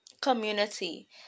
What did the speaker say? community